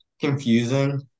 Confusing